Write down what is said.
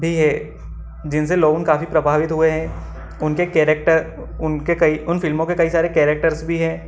भी है जिनसे लोग काफ़ी प्रभावित हुएँ हैं उनके केरेक्टर उनके कई उन फ़िल्मों के कई सारे कैरैक्टर्ज़ भी हैं